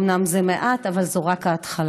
אומנם זה מעט, אבל זו רק ההתחלה.